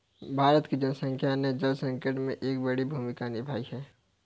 भारत की जनसंख्या ने जल संकट में एक बड़ी भूमिका निभाई है